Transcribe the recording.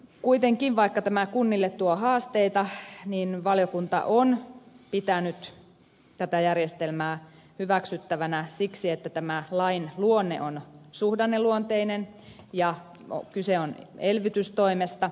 kuitenkin vaikka tämä kunnille tuo haasteita valiokunta on pitänyt tätä järjestelmää hyväksyttävänä siksi että tämä lain luonne on suhdanneluonteinen ja kyse on elvytystoimesta